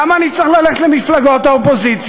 למה אני צריך ללכת למפלגות האופוזיציה?